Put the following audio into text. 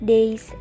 Days